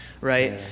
Right